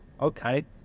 okay